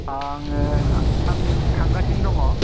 आङो आं थांगासिनो दङ